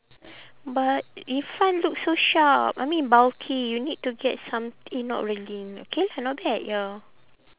but in front looks so sharp I mean bulky you need to get something not really okay but not bad ya